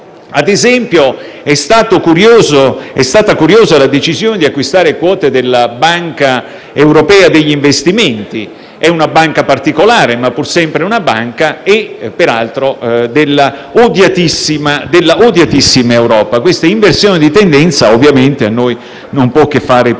Ad esempio, è stata curiosa la decisione di acquistare quote della Banca europea degli investimenti; si tratta di una banca particolare, ma è pur sempre una banca, peraltro dell'odiatissima Europa: questa inversione di tendenza ovviamente a noi non può che far